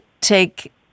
take